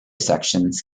sections